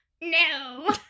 no